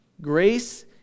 Grace